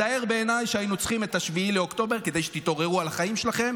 מצער בעיניי שהיינו צריכים את 7 באוקטובר כדי שתתעוררו על החיים שלכם,